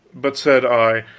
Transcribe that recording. but, said i,